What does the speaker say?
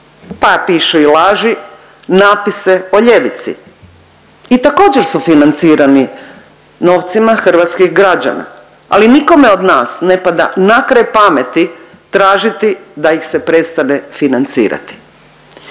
pa pišu i laži, napise o ljevici i također su financirani novcima hrvatskih građana, ali nikome od nas ne pada na kraj pameti tražiti da ih se prestane financirati.